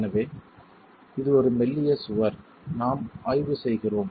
எனவே இது ஒரு மெல்லிய சுவர் நாம் ஆய்வு செய்கிறோம்